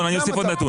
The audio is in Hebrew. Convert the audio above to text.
אוסיף עוד נתון